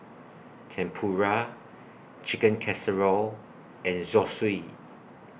Tempura Chicken Casserole and Zosui